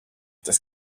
das